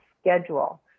schedule